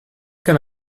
can